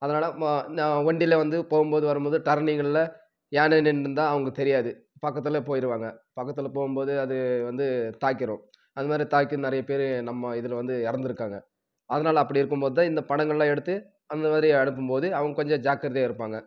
அதனாலே வண்டியில் வந்து போகும்போது வரும் போது டர்னிங்கில் யானை நின்றுன்றுதா அவர்களுக்கு தெரியாது பக்கத்தில் போயிடுவாங்க பக்கத்தில் போகும் போது அது வந்து தாக்கிடும் அந்த மாதிரி தாக்கி நிறைய பேர் நம்ம இதில் வந்து இறந்துருக்காங்க அதனால அப்படி இருக்கும் போது தான் இந்த படங்கல்ளாம் எடுத்து அந்த மாதிரி அனுப்பும் போது அவங்க கொஞ்சம் ஜாக்கிரதையாக இருப்பாங்க